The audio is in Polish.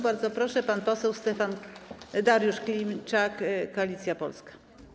Bardzo proszę, pan poseł Dariusz Klimczak, Koalicja Polska.